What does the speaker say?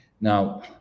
Now